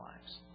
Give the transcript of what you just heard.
lives